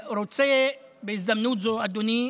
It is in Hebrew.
רוצה בהזדמנות זו, אדוני,